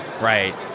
right